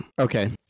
Okay